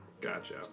Gotcha